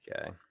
Okay